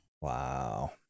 wow